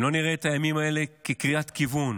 אם לא נראה את הימים האלה כקריאת כיוון